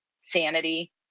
sanity